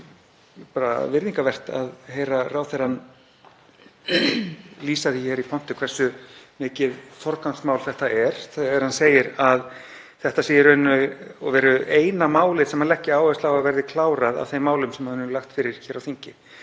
bara virðingarvert að heyra ráðherrann lýsa því hér í pontu hversu mikið forgangsmál þetta er þegar hann segir að þetta sé í raun og veru eina málið sem hann leggi áherslu á að verði klárað af þeim málum sem hann hefur lagt fyrir þingið.